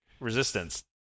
Resistance